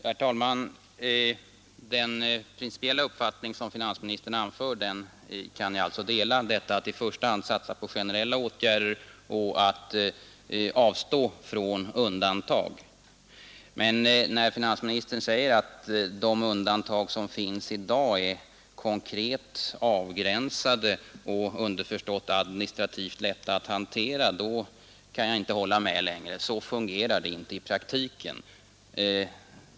Herr talman! Den principiella uppfattning som finansministern anför kan jag alltså dela — att man i första hand bör satsa på generella åtgärder och avstå från undantag. Men när finansministern säger att de undantag som finns i dag är konkret avgränsade och — underförstått — administrativt lätta att hantera, då kan jag inte hålla med längre. Så fungerar det inte i praktiken.